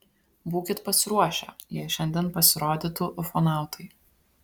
būkit pasiruošę jei šiandien pasirodytų ufonautai